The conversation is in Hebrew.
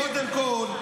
קודם כול,